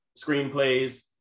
screenplays